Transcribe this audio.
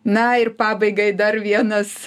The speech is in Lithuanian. na ir pabaigai dar vienas